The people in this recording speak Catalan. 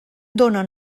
dóna